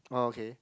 oh okay